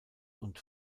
und